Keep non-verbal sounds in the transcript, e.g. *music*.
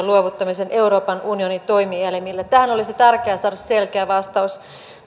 *unintelligible* luovuttamisen euroopan unionin toimielimille tähän olisi tärkeää saada selkeä vastaus